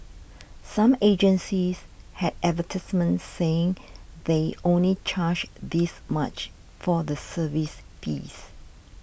some agencies had advertisements saying they only charge this much for the service fees